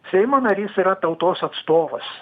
seimo narys yra tautos atstovas